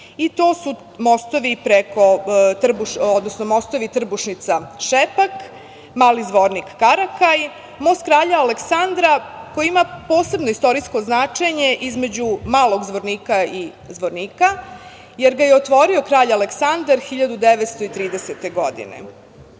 i to su mostovi Trbušnica – Šepak, Mali Zvornik – Karakaj, most kralja Aleksandra koji ima posebno istorijsko značenje između Malog Zvornika i Zvornika jer ga je otvorio kralj Aleksandar 1930. godine.